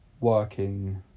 working